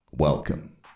welcome